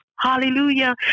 Hallelujah